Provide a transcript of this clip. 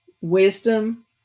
wisdom